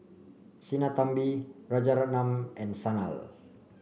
Sinnathamby Rajaratnam and Sanal